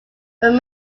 but